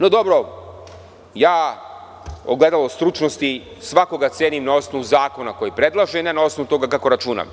No, dobro, ogledalo stručnosti svakoga cenim na osnovu zakona koji predlaže, a ne na osnovu toga kako računa.